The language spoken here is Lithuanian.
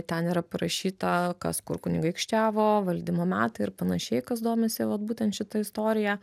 ten yra parašyta kas kur kunigaikščiavo valdymo metai ir panašiai kas domisi vat būtent šita istorija